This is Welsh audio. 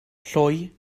lloi